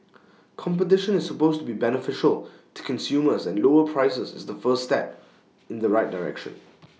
competition is supposed to be beneficial to consumers and lower prices is the first step in the right direction